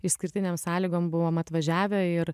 išskirtinėm sąlygom buvom atvažiavę ir